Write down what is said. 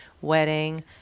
wedding